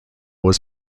was